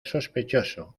sospechoso